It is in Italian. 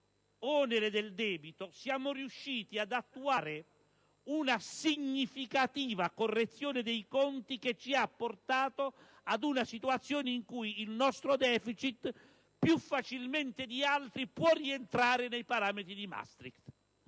onere del debito, è stato possibile attuare un significativa correzione dei conti che ci ha portato ad una situazione in cui il nostro deficit più facilmente di altri può rientrare nei parametri di Maastricht.